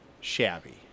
shabby